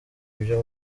ibyo